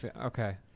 Okay